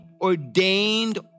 ordained